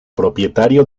propietario